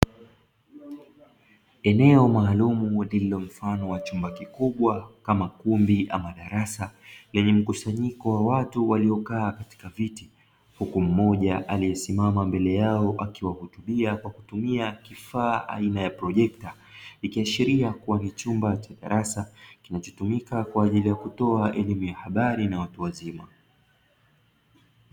Eneo maalum lililo mfano wa chumba kikubwa kama kumbi ama darasa lenye mkusanyiko wa watu waliokaa katika viti. Huku mmoja aliyesimama mbele yao akiwahotubia kwa kutumia kifaa aina ya projekta. Ikiashiria kuwa ni chumba cha darasa kinachotumika kwa ajili ya kutoa elimu ya habari na watu wazima.